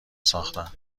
ساختن